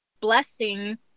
blessing